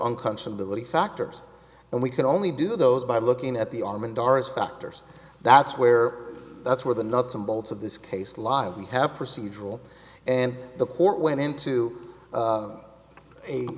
unconscionably factors and we can only do those by looking at the arm and doris factors that's where that's where the nuts and bolts of this case live we have procedural and the court went into